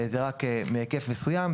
היא רק מהיקף פעילות מסוים,